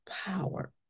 power